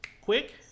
quick